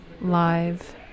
live